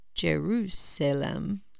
Jerusalem